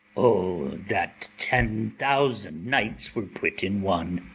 o, that ten thousand nights were put in one,